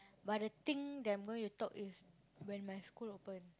but the thing that I'm going to talk is when my school open